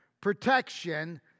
protection